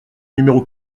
numéros